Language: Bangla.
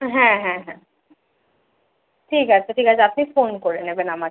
হ্যাঁ হ্যাঁ হ্যাঁ ঠিক আছে ঠিক আছে আপনি ফোন করে নেবেন আমাকে